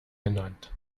genannt